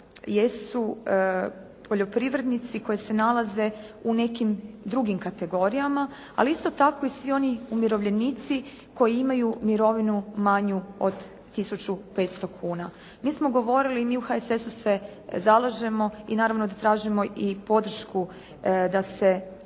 jesu poljoprivrednici koji se nalaze u nekim drugim kategorijama, ali isto tako i svi oni umirovljenici koji imaju mirovinu manju od 1 500 kuna. Mi smo govorili, mi u HSS-u se zalažemo i naravno da tražimo i podršku da se uvede